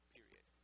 Period